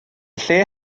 lle